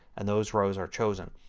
and those rows are chosen.